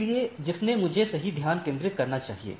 इसलिए जिनसे मुझे सही ध्यान केंद्रित करना चाहिए